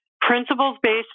Principles-based